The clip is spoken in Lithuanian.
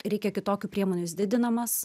reikia kitokių priemonių jis didinamas